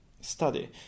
study